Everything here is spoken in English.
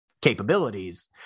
capabilities